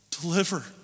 deliver